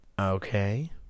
Okay